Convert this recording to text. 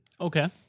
Okay